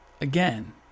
again